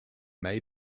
may